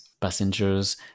passengers